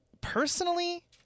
Personally